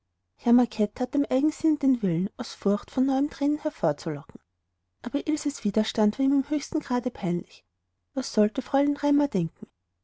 dem eigensinne den willen aus furcht von neuem thränen hervorzulocken aber ilses widerstand war ihm im höchsten grade peinlich was sollte fräulein raimar denken